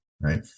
right